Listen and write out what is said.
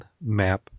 map